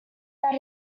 that